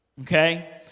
Okay